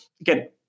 again